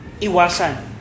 iwasan